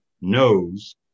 knows